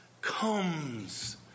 comes